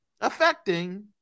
affecting